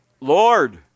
Lord